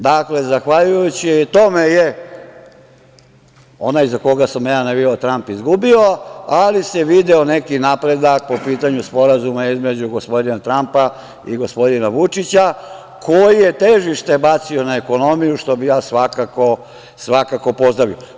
Dakle, zahvaljujući tome je onaj za koga sam ja navijao, Tramp, izgubio, ali se video neki napredak po pitanju sporazuma između gospodina Trampa i gospodina Vučića, koji je težište bacio na ekonomiju, što bih ja svakako pozdravio.